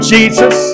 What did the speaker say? Jesus